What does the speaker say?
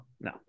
no